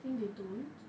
I think they don't